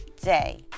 day